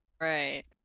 Right